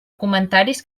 comentaris